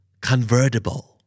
Convertible